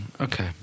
okay